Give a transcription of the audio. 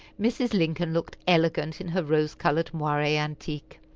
mrs. lincoln looked elegant in her rose-colored moire-antique.